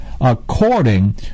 according